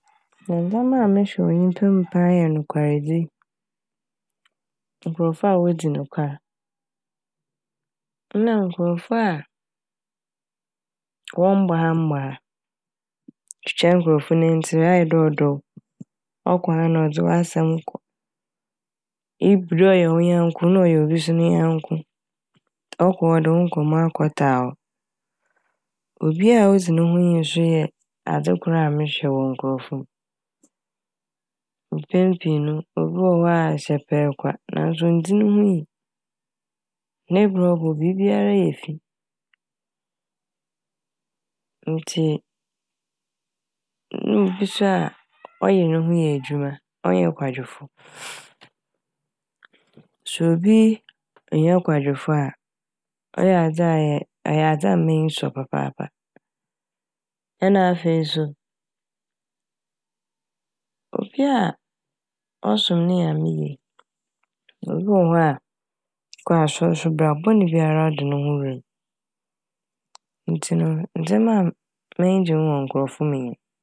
Ndzɛma a mehwɛ wɔ nyimpa m' paa yɛ nokwardzi, nkorɔfo a wodzi nokwar na nkorɔfo a wɔmmbɔ ha mmbɔ ha, twitwa nkorɔfo nantsir ɔayɛ dɛ ɔdɔ w'. Ɔkɔ ha na ɔdze w'asɛm kɔ na ɔyɛ wo nyɛnko na ɔyɛ obi so ne nyɛnko, ɔkɔ a ɔde wo nkɔmmɔ akɔtaa hɔ. Obi a odzi ne ho nyi so yɛ adze kor a mehwɛ wɔ nkorɔfo mu, mpɛn pii no obi wɔhɔ a hyɛpɛɛ kwa naaso onndzi ne ho nyi. Ne bra a ɔbɔ bibiara yɛ fi ntsi na obi so a ɔyer ne ho yɛ edwuma ɔnnyɛ kwadwefo. Sɛ obi nnyɛ kwadwefo a ɔyɛ adze a ɛ- ɔyɛ adze a m'enyi sɔ papa. Nna afei so obi a ɔsom ne Nyame yie obi wɔ hɔ a ɔkɔ asɔr so bra bɔn biara ɔde ne ho wura m' ntsi no ndzɛma a m- m'enyi gye ho wɔ nkorɔfo mu nye n'.